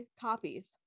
copies